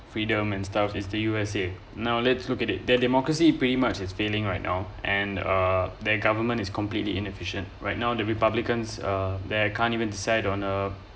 freedom and stuff is the U_S_A now let's look at it that democracy pretty much is failing right now and uh their government is completely inefficient right now the republicans uh there can't even decide on a